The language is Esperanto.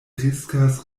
riskas